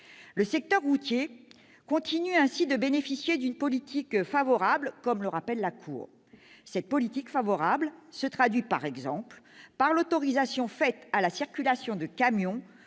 Le secteur routier continue ainsi de bénéficier d'une politique favorable, comme le rappelle la Cour. Cette politique se traduit, par exemple, par l'autorisation faite à la circulation de camions